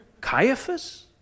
Caiaphas